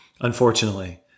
unfortunately